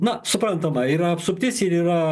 na suprantama yra apsuptis ir yra